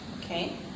Okay